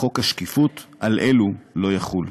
אך חוק השקיפות, על אלה לא יחול.